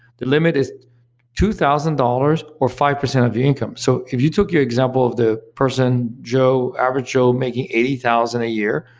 the limit is two thousand dollars or five percent of your income so if you took your example of the person joe, average joe making eighty thousand a year,